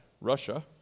Russia